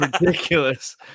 ridiculous